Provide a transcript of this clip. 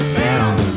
down